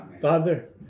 Father